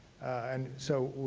and so,